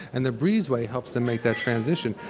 and the breezeway helps them make that transition.